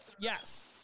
yes